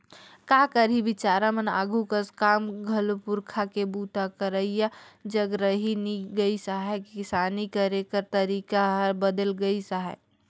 का करही बिचारा मन आघु कस काम घलो पूरखा के बूता करइया जग रहि नी गइस अहे, किसानी करे कर तरीके हर बदेल गइस अहे